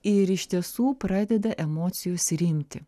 ir iš tiesų pradeda emocijos rimti